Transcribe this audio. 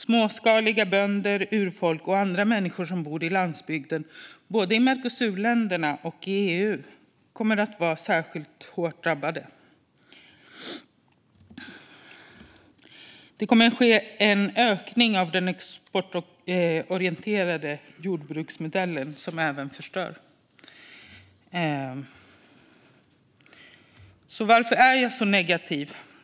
Småskaliga bönder, urfolk och andra människor som bor på landsbygden i både Mercosurländerna och EU kommer att bli särskilt hårt drabbade. Det kommer att ske en ökning av den exportorienterade jordbruksmodellen, som förstör. Varför är jag så negativ?